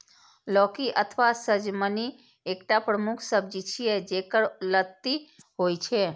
लौकी अथवा सजमनि एकटा प्रमुख सब्जी छियै, जेकर लत्ती होइ छै